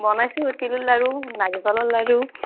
বনাইছোঁ তিল লাৰু নাৰিকলৰ লাৰু